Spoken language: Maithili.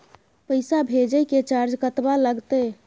पैसा भेजय के चार्ज कतबा लागते?